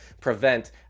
prevent